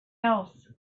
else